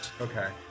Okay